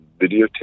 videotape